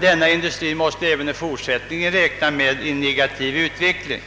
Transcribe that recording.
denna måste även i fortsättningen räkna med en negativ utveckling.